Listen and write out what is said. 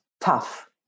tough